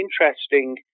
interesting